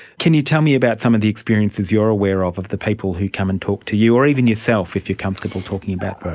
can you tell me about some of the experiences you are aware of, of the people who come and talk to you, or even yourself, if you are comfortable talking about but